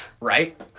right